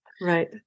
Right